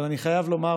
אבל אני חייב לומר,